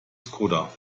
skoda